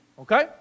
okay